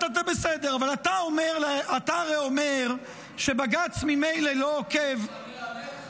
אבל אתה הרי אומר שבג"ץ ממילא לא עוקב --- אני אענה לך